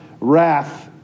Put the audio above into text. wrath